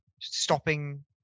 stopping